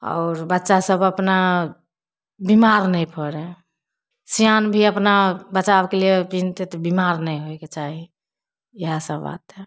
आओर बच्चासभ अपना बिमार नहि पड़ै सिआन भी अपना बचावके लिए पिनहतै तऽ बिमार नहि होइके चाही इएहसब बात हइ